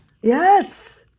yes